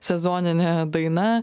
sezoninė daina